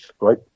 right